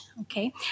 Okay